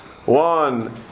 One